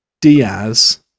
Diaz